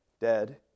dead